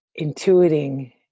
intuiting